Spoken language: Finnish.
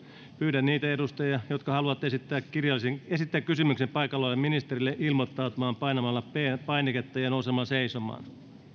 pyydän niitä edustajia jotka haluavat esittää kysymyksen paikalla olevalle ministerille ilmoittautumaan painamalla p painiketta ja nousemalla seisomaan